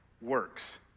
works